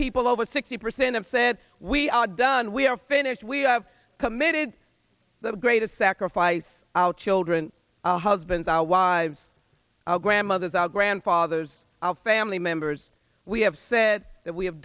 people over sixty percent of said we are done we are finished we have committed the greatest sacrifice our children husbands our wives our grandmothers our grandfathers our family members we have said that we have